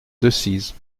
decize